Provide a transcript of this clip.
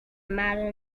matter